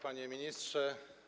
Panie Ministrze!